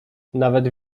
nawet